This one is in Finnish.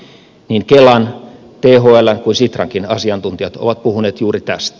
niin kelan thln kuin sitrankin asiantuntijat ovat puhuneet juuri tästä